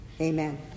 Amen